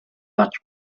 much